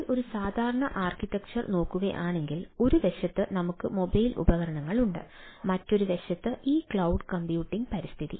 നമ്മൾ ഒരു സാധാരണ ആർക്കിടെക്ചർ നോക്കുകയാണെങ്കിൽ ഒരു വശത്ത് നമുക്ക് മൊബൈൽ ഉപകരണങ്ങളുണ്ട് മറ്റൊരു വശത്ത് ഈ ക്ലൌഡ് കമ്പ്യൂട്ടിംഗ് പരിസ്ഥിതി